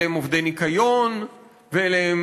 אלה הם